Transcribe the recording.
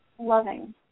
loving